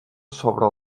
sobre